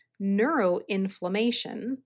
neuroinflammation